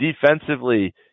defensively